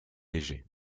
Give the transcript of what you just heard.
légers